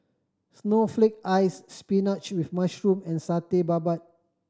snowflake ice spinach with mushroom and Satay Babat